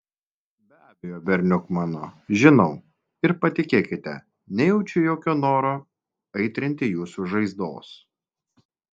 be abejo berniuk mano žinau ir patikėkite nejaučiu jokio noro aitrinti jūsų žaizdos